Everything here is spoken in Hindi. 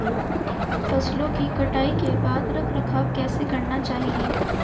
फसलों की कटाई के बाद रख रखाव कैसे करना चाहिये?